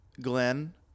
glenn